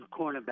cornerback